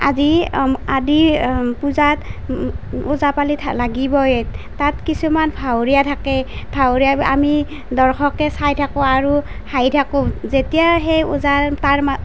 আদি আদি পূজাত ওজা পালি লাগিবই তাত কিছুমান ভাৱৰীয়া থাকে ভাৱৰীয়া আমি দৰ্শকে চাই থাকোঁ আৰু হাঁহি থাকোঁ যেতিয়া সেই ওজাৰ তাৰ